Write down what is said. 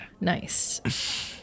Nice